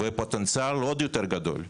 פוטנציאל עוד יותר גדול.